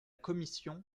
commission